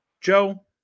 Joe